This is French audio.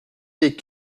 des